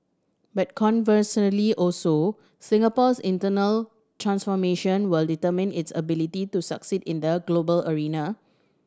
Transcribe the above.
but conversely also Singapore's internal transformation will determine its ability to succeed in the global arena